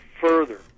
further